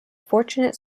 fortunate